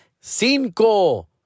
Cinco